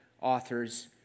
authors